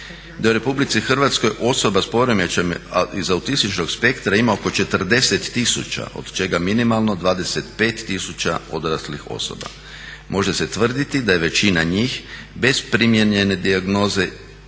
u Republici Hrvatskoj osoba s poremećajem iz autističnog spektra ima oko 40 000 od čega minimalno 25 000 odraslih osoba. Može se tvrditi da je većina njih bez primjerene dijagnoze